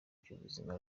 by’ubuzima